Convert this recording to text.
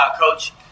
coach